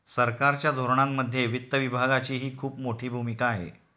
सरकारच्या धोरणांमध्ये वित्त विभागाचीही खूप मोठी भूमिका आहे